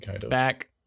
Back